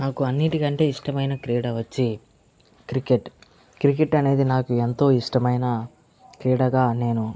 నాకు అన్నీటికంటే ఇష్టమైన క్రీడ వచ్చి క్రికెట్ క్రికెట్ అనేది నాకు ఎంతో ఇష్టమైన క్రీడగా నేను